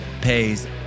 pays